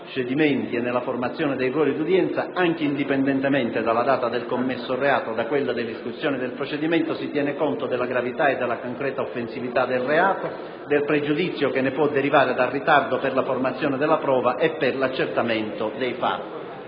e nella formazione dei ruoli di udienza anche indipendentemente dalla data del commesso reato o da quella della discussione del procedimento, si tiene conto della gravità e della concreta offensività del reato, del pregiudizio che ne può derivare dal ritardo per la formazione della prova e per l'accertamento dei fatti.